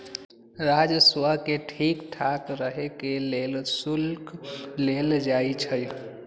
राजस्व के ठीक ठाक रहे के लेल शुल्क लेल जाई छई